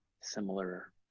similar